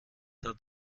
hat